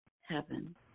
heaven